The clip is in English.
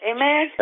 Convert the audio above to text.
Amen